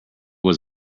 was